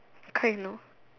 kind of